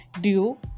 due